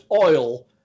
oil